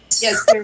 Yes